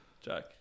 Jack